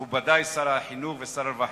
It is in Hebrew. מכובדי, שר החינוך ושר הרווחה,